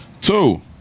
Two